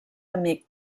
amic